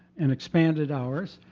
and expanded hours.